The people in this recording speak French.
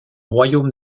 royaume